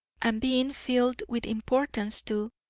and being filled with importance too,